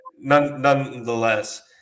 nonetheless